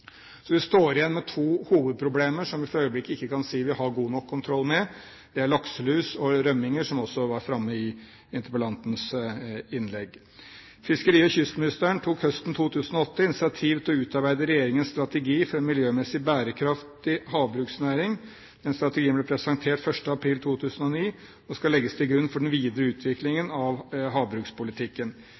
Vi står igjen med to hovedproblemer, som vi for øyeblikket ikke kan si at vi har god nok kontroll med. Det er lakselus og rømminger, som også var framme i interpellantens innlegg. Fiskeri- og kystministeren tok høsten 2008 initiativ til å utarbeide regjeringens strategi for en miljømessig bærekraftig havbruksnæring. Den strategien ble presentert 1. april 2009 og skal legges til grunn for den videre utviklingen av havbrukspolitikken.